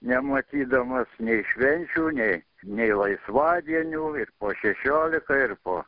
nematydamas nei švenčių nei nei laisvadienių ir po šešiolika ir po